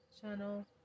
Channel